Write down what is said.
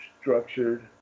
structured